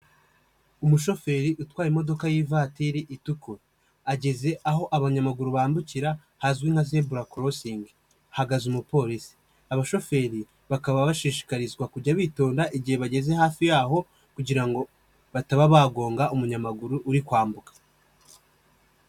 Umushoferi utwaye imodoka y'ivatiri itukura, ageze aho abanyamaguru bambukira, hazwi nka zebura korosingi, hahagaze umupolisi, abashoferi bakaba bashishikarizwa kujya bitonda, igihe bageze hafi yaho, kugira ngo bataba bagonga umunyamaguru uri kwambuka.